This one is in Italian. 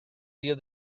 rio